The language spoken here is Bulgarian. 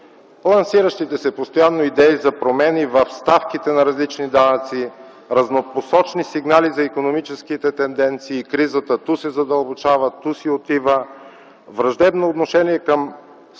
лансиращите се постоянно идеи за промени в ставките на различни данъци; разнопосочни сигнали за икономическите тенденции – кризата ту се задълбочава, ту си отива; враждебно отношение към активни